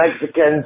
Mexicans